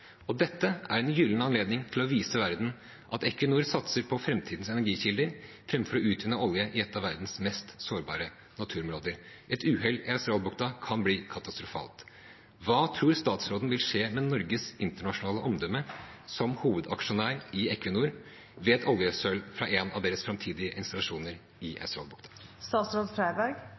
Dette er en gyllen anledning til å vise verden at Equinor satser på framtidens energikilder framfor å utvinne olje i et av verdens mest sårbare naturområder. Et uhell i Australbukta kan bli katastrofalt. Hva tror statsråden, som hovedaksjonær i Equinor, vil skje med Norges internasjonale omdømme ved oljesøl fra en av deres framtidige installasjoner i